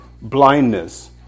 blindness